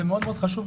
זה מאוד מאוד חשוב.